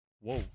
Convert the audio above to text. Whoa